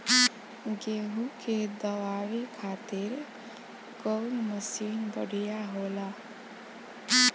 गेहूँ के दवावे खातिर कउन मशीन बढ़िया होला?